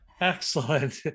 Excellent